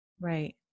Right